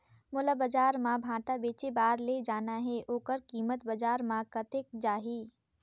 मोला बजार मां भांटा बेचे बार ले जाना हे ओकर कीमत बजार मां कतेक जाही?